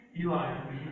Eli